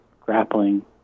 grappling